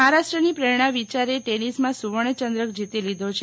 મહારાષ્ટ્રની પ્રેરણા વિચારેએ ટેનિસમાં સુવર્ણચંદ્રક જીતી લીધો છે